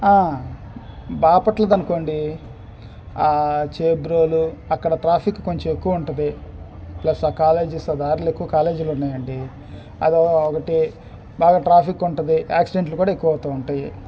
బాపట్లద అనుకోండి చేబ్రోలు అక్కడ ట్రాఫిక్ కొంచెం ఎక్కువ ఉంటుంది ప్లస్ ఆ కాలేజీస్ ఆ దారిలో ఎక్కువ కాలేజీలు ఉన్నాయండి అదో ఒకటి బాగా ట్రాఫిక్ ఉంటుంది యాక్సిడెంట్లు కూడా ఎక్కువ అవుతుంటాయి